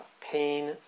pain